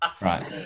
Right